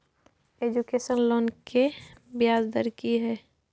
Education loan के ब्याज दर की हय?